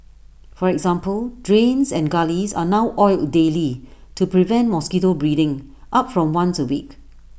for example drains and gullies are now oiled daily to prevent mosquito breeding up from once A week